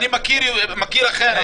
אני מכיר אחרת.